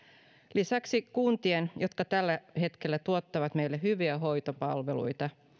lisäksi kuntien jotka tällä hetkellä tuottavat meille hyviä hoitopalveluita